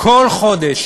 כל חודש,